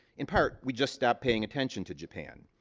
in part, we just stopped paying attention to japan.